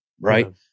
right